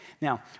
Now